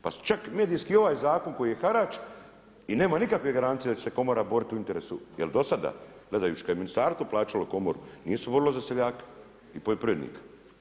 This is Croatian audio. Pa su čak medijski ovaj Zakon koje je harač i nema nikakve garancije da će se Komora boriti u interesu jer do sada gledajući kad je Ministarstvo plaćalo Komoru, nije se borila za seljaka i poljoprivrednika.